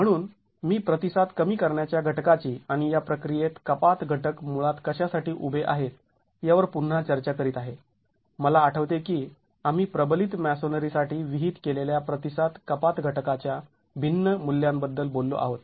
म्हणून मी प्रतिसाद कमी करण्याच्या घटकाची आणि या प्रक्रियेत कपात घटक मुळात कशासाठी उभे आहेत यावर पुन्हा चर्चा करीत आहे मला आठवते की आम्ही प्रबलित मॅसोनरी साठी विहित केलेल्या प्रतिसाद कपात घटकाच्या भिन्न मुल्यांबद्दल बोललो आहोत